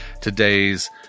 today's